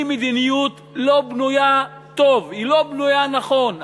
היא מדיניות שלא בנויה טוב, היא לא בנויה נכון.